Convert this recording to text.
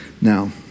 now